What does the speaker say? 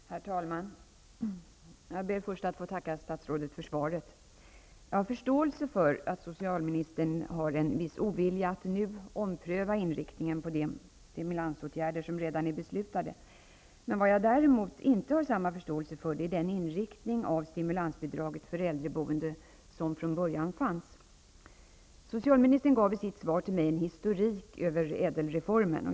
Herr talman! Jag ber först att få tacka statsrådet för svaret. Jag har förståelse för att socialministern har en viss ovilja att nu ompröva inriktningen på de stimulansåtgärder som redan är beslutade. Men vad jag däremot inte har samma förståelse för är den inriktning för stimulansbidraget för äldreboende som från början fanns. Socialministern gav i sitt svar till mig en historik över ÄDEL-reformen.